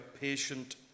patient